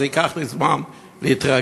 ייקח לי זמן להתרגל,